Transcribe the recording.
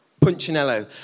Punchinello